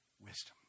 wisdom